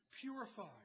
Purified